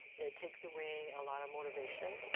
it takes away a lot of motivation.